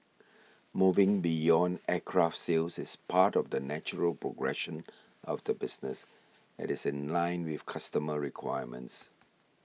moving beyond aircraft sales is part of the natural progression of the business and is in line with customer requirements